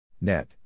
Net